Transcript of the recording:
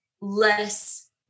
less